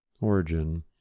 origin